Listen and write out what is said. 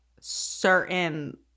certain